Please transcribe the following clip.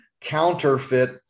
counterfeit